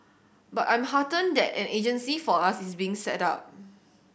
but I'm heartened that an agency for us is being set up